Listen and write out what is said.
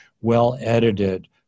well-edited